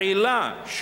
העילה,